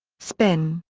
spin.